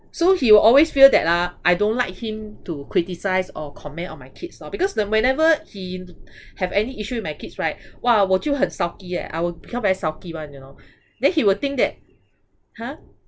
so he will always feel that ah I don't like him to criticise or comment on my kids lor because the whenever he have any issue with my kids right !wah! 我就很 sulky eh I will become very sulky [one] you know then he will think that !huh!